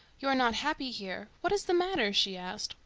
you are not happy here. what is the matter? she asked.